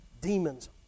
demons